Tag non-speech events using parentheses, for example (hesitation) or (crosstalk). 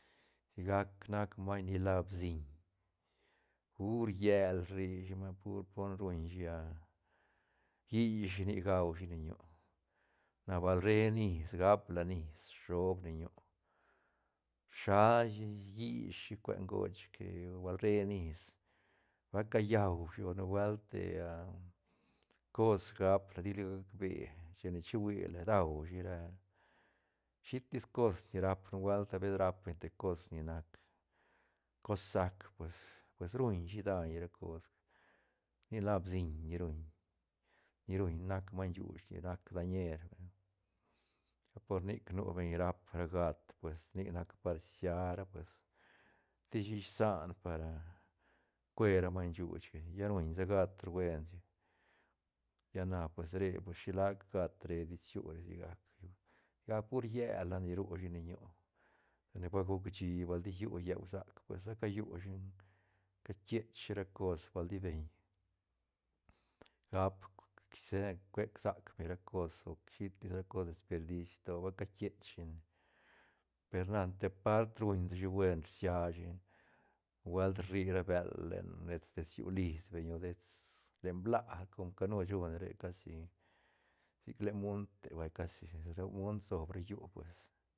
Sigac nac maiñ ni la bsiñ pur llel rishi man pur don ruishi (hesitation) rllil shi shinic gau shi leñu na bal re nis gapla nis shop leñu rshal shi ryi shi cue ngoch que bal re nis ba callau shi o nubuelt tea cos gapla tila gac be chine che huila duashi ra shitis cos ni rap nubuelt habeces rap beñ te cos ni nac cos sac pues ruñ shi daiñ ra cos ni la bsiñ ni ruñ-ni ruñ nac maiñ shuuch ni nac dañer vay, por nic nu beñ rap ra gat pues nic nac par sia ra pues tishi isan para cue ra maiñ shuuch ga lla ruñ sa gat buen chic lla na pues re pues shilac gat re dets llú re sigac- sigac pur llel nac ni rushi leñu lani ba gucshi bal ti llú lleu sac pues ba callushi catiech shi ra cos bal ti beñ gap (unintelligible) cuec sac beñ ra cos roc shitis ra cos desper diis to ba cakiech shine per na te part ruñ sashi buen siashi nubuelt rri ra bël len dets- dets llú lis beñ o dets len bla com canu shune re casi sic len munte vay casi ro munt sob ra llu pues